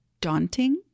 daunting